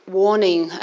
warning